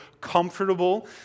comfortable